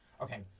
Okay